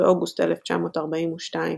באוגוסט 1942,